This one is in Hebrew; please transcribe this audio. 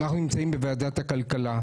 אנחנו נמצאים בוועדת הכלכלה.